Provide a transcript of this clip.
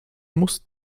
muss